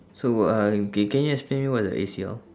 so uh ca~ can you explain to me what's a A_C_L